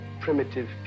primitive